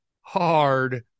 hard